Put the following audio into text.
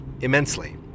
immensely